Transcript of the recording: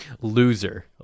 Loser